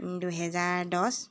দুহেজাৰ দহ